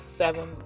seven